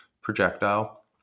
projectile